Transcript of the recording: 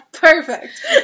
Perfect